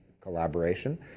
collaboration